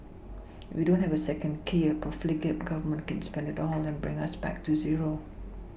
we don't have a second key a profligate Government can spend it all and bring us back to zero